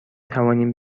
توانیم